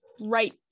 right